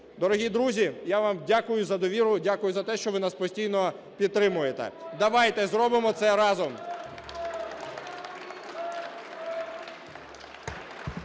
Дорогі друзі, я вам дякую за довіру, дякую за те, що ви нас постійно підтримуєте. Давайте зробимо це разом!